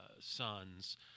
sons